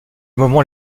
moment